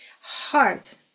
heart